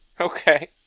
okay